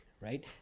right